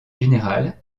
général